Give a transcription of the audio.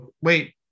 wait